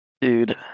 Dude